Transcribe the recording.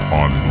on